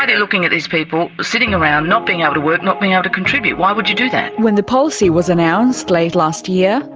but looking at these people sitting around not being able to work, not being able to contribute, why would you do that? when the policy was announced late last year,